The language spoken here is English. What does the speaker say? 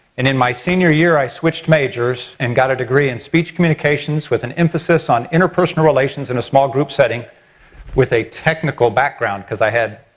and in my senior year i switched majors and got a degree in speech communications with an emphasis on interpersonal relations in a small group setting with a technical background because i had